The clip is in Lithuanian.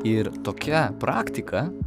ir tokia praktika